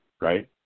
Right